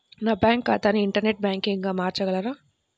నా బ్యాంక్ ఖాతాని ఇంటర్నెట్ బ్యాంకింగ్గా మార్చగలరా?